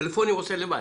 טלפונים עושה לבד.